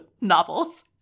novels